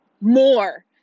More